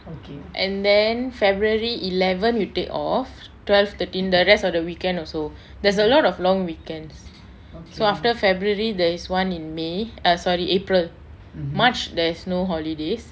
and then february eleven you take off twelve thirteen the rest of the weekend also there's a lot of long weekends so after february there is one in may err sorry april march there's no holidays